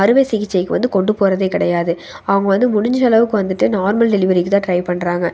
அறுவை சிகிச்சைக்கு வந்து கொண்டு போகிறதே கிடையாது அவங்க வந்து முடிஞ்சளவுக்கு வந்துட்டு நார்மல் டெலிவரிக்கு தான் ட்ரை பண்ணுறாங்க